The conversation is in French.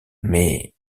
mais